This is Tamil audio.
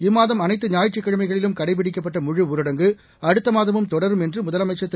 இம்மாதம் அனைத்து குாயிற்றுக்கிழமைகளிலும் கடைபிடிக்கப்பட்டமுழுஊரடங்கு அடுத்தமாதமும் தொடரும் என்றுமுதலமைச்சர் திரு